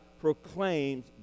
proclaims